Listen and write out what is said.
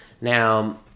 Now